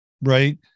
Right